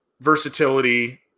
versatility